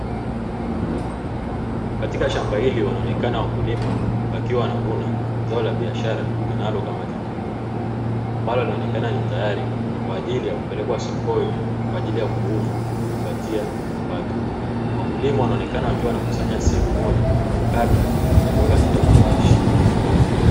Katika shamba hili wanaonekana wakulima wakiwa wanavuna zao la biashara lilijulikanalo kama kitunguu, ambalo linaonekana ni tayari kwa ajili ya kupelekwa sokoni kwa ajili ya kuuzwa na kujipatia kipato, wakulima wanaonekana wakiwa wanakusanya sehemu moja kabla ya kuweka katika vifungashio.